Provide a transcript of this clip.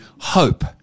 hope